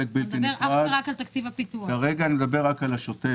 בלתי נפרד אבל כרגע אני מדבר אך ורק על השוטף.